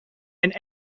and